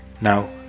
Now